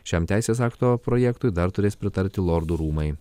šiam teisės akto projektui dar turės pritarti lordų rūmai